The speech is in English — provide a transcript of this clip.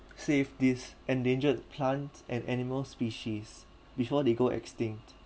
save this endangered plant and animal species before they go extinct